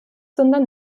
sondern